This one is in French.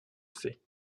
fait